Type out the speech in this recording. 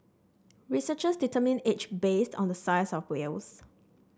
researchers determine age based on the size of whales